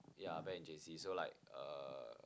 yeah back in J_C so like uh